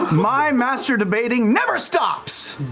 my master debating never stops.